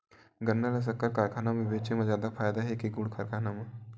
गन्ना ल शक्कर कारखाना म बेचे म जादा फ़ायदा हे के गुण कारखाना म?